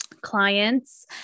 clients